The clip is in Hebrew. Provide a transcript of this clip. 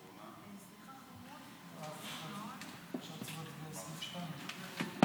חברי הכנסת שלמה קרעי ויואב קיש לסעיף 2 לא נתקבלה.